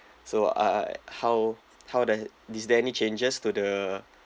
so uh how how does is there any changes to the